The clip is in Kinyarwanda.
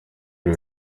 iri